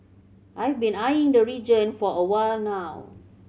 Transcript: I've been eyeing the region for a while now